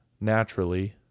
naturally